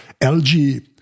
LG